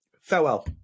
Farewell